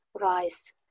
rice